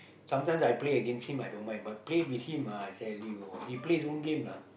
sometimes I play against him I don't mind but play with him ah I tell you he play his own game lah